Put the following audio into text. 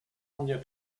mnie